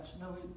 No